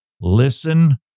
Listen